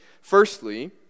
Firstly